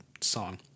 song